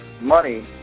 money